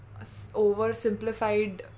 oversimplified